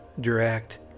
direct